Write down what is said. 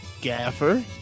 Gaffer